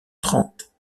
trente